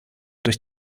durch